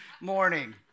morning